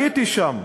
הייתי שם,